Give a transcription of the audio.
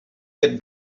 get